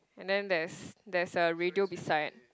and then there is there is a radio beside